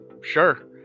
Sure